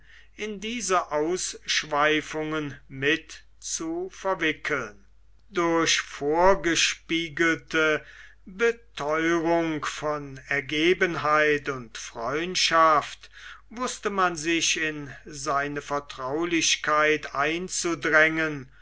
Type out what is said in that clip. in diese ausschweifungen mit zu verwickeln durch vorgespiegelte betheurung von ergebenheit und freundschaft wußte man sich in seine vertraulichkeit einzudrängen